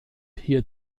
hier